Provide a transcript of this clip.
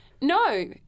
No